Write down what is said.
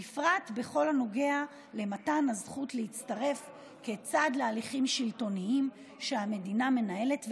ובפרט בכל הנוגע למתן הזכות להצטרף כצד להליכים שלטוניים שהמדינה מנהלת,